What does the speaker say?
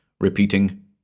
repeating